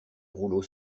rouleau